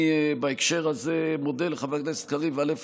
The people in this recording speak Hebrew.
אני בהקשר הזה מודה לחבר הכנסת קריב, א.